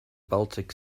baltic